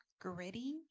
gritty